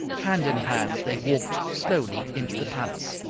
hand in hand, they walked slowly into the palace.